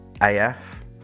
AF